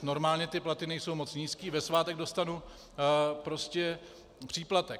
Normálně ty platy nejsou moc nízké, ve svátek dostanu prostě příplatek.